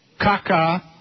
Kaka